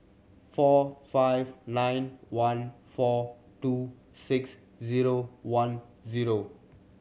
four five nine one four two six zero one zero